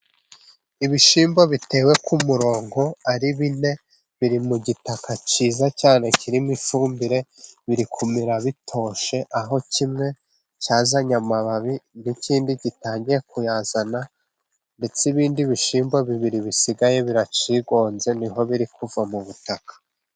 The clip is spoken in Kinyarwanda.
Ibishyimbo bitewe ku murongo ari bine biri mu gitaka cyiza cyane kirimo ifumbire biri kumira bitoshye, aho kimwe cyazanye amababi n'ikindi gitangiye kuyazana ndetse ibindi bishyimbo bibiri bisigaye birakigonze niho biri kuva mu butaka.